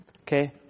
Okay